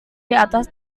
diatas